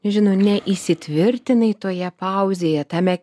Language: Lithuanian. žinau neįsitvirtinai toje pauzėje tame